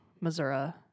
Missouri